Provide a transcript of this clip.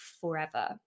forever